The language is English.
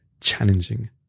challenging